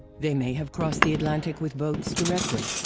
they may have crossed the atlantic with boats directly.